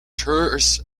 tourist